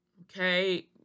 Okay